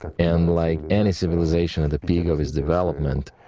and like any civilization in the peak of its development,